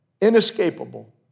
inescapable